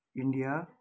India